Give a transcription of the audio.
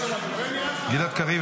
גלעד קריב,